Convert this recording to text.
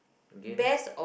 again